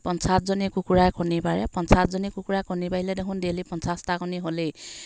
পঞ্চাছজনী কুকুৰাই কণী পাৰে পঞ্চাছজনী কুকুৰাই কণী পাৰিলে দেখোঁন ডেইলী পঞ্চাছটা কণী হ'লেই